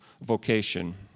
vocation